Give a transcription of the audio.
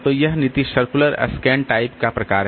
तो यह नीति सर्कुलर स्कैन टाइप का प्रकार है